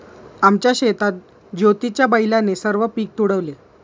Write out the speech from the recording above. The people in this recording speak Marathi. आमच्या शेतात ज्योतीच्या बैलाने सर्व पीक तुडवले